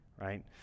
right